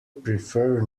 prefer